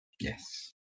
Yes